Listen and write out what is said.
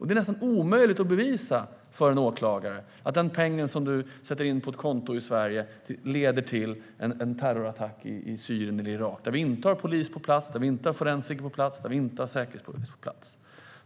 Det är nästan omöjligt för en åklagare att bevisa att den peng du sätter in på ett konto i Sverige leder till en terrorattack i Syrien eller Irak där vi inte har polis, forensics eller säkerhetspolis på plats.